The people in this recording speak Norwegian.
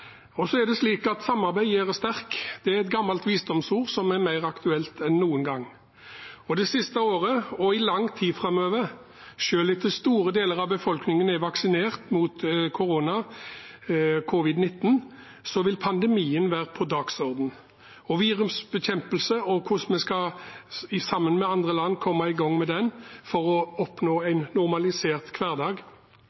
Samarbeid gjør sterk. Det er et gammelt visdomsord som er mer aktuelt enn noen gang. Det siste året og i lang tid framover, selv etter at store deler av befolkningen er vaksinert mot korona/covid-19, vil pandemien være på dagsordenen, og virusbekjempelse og hvordan vi sammen med andre land skal komme i gang med den for å oppnå